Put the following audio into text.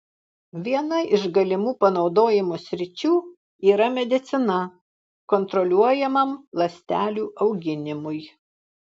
viena iš galimų panaudojimo sričių yra medicina kontroliuojamam ląstelių auginimui